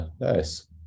nice